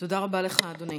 תודה רבה לך, אדוני.